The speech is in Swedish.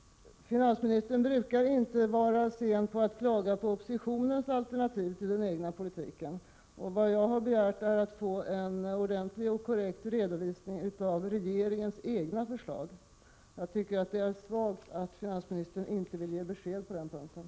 Finansministern brukar inte vara sen att klaga på oppositionens alternativ till den egna politiken. Jag har begärt att få en ordentlig och korrekt redovisning av regeringens egna förslag. Jag tycker att det är svagt att finansministern inte vill ge besked på den punkten.